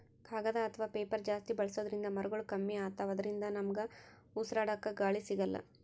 ಕಾಗದ್ ಅಥವಾ ಪೇಪರ್ ಜಾಸ್ತಿ ಬಳಸೋದ್ರಿಂದ್ ಮರಗೊಳ್ ಕಮ್ಮಿ ಅತವ್ ಅದ್ರಿನ್ದ ನಮ್ಗ್ ಉಸ್ರಾಡ್ಕ ಗಾಳಿ ಸಿಗಲ್ಲ್